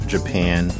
Japan